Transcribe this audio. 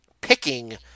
picking